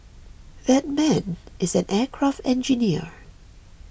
that man is an aircraft engineer